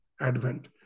advent